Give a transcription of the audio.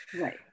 Right